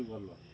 কী বলল